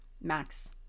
Max